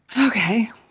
Okay